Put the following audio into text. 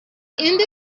end